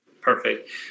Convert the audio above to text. Perfect